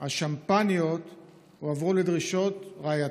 השמפניות הועברו לדרישות רעייתך,